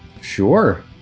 Sure